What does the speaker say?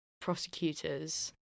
prosecutors